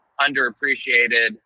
underappreciated